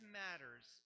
matters